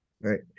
Right